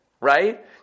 right